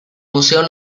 museo